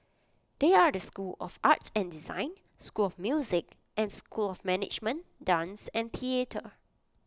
they are the school of art and design school of music and school of management dance and theatre